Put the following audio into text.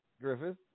Griffith